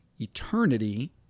eternity